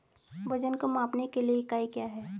वजन को मापने के लिए इकाई क्या है?